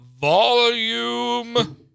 volume